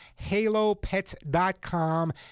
halopets.com